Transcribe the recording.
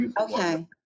okay